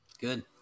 Good